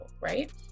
right